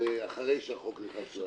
אחרי שהחוק נכנס לתוקף.